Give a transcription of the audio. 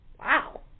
Wow